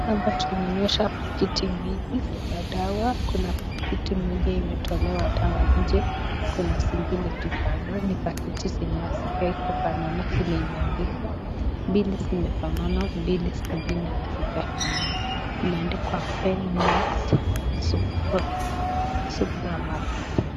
Hapa tumeonyeshwa pakiti mbili ya dawa, kuna pakiti moja imetolewa dawa nje, kuna zingine tu bado, ni pakiti zenye hazikai kufanana vile imeandikwa, mbili zimefanana, mbili zingine hazijafanana, imeandikwa Benmox Supamax .